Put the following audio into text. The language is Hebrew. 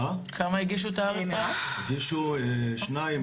הגישו שניים,